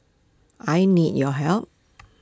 I need your help